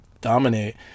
dominate